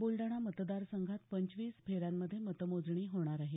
ब्लडाणा मतदारसंघात पंचवीस फेऱ्यांमध्ये मतमोजणी होणार आहे